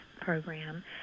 program